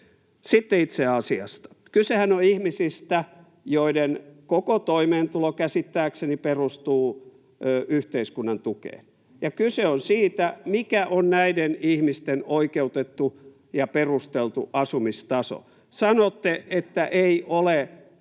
Sitten itse asiasta. Kysehän on ihmisistä, joiden koko toimeentulo käsittääkseni perustuu yhteiskunnan tukeen, ja kyse on siitä, mikä on näiden ihmisten oikeutettu ja perusteltu asumistaso. [Kimmo Kiljusen